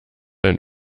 ein